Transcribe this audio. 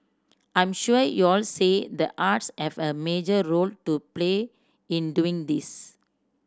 I'm sure you'll say the arts have a major role to play in doing this